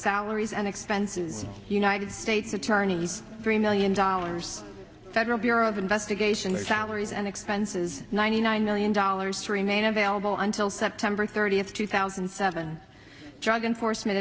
is an expensive united states attorney's three million dollars federal bureau of investigation their salaries and expenses ninety nine million dollars to remain available until september thirtieth two thousand and seven drug enforcement